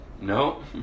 no